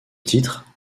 titre